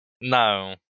No